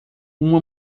uma